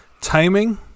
timing